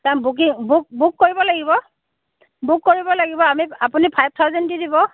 booking book book কৰিব লাগিব book কৰিব লাগিব আমি আপুনি ফাইভ থাউজেণ্ড দি দিব